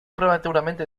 prematuramente